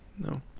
No